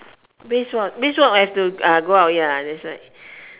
brisk walk brisk walk have to uh go out ya that's why